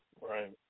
Right